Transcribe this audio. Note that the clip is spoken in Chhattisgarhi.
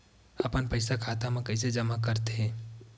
अपन पईसा खाता मा कइसे जमा कर थे?